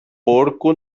porco